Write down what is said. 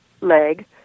leg